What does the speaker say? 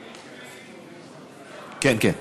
כן, כן.